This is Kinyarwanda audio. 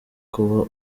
kuba